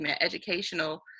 educational